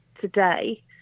today